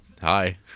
Hi